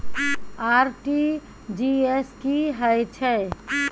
RTG S की है छै?